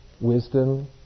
wisdom